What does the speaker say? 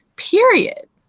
period.